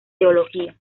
teología